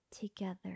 together